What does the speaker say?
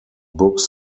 books